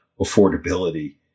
Affordability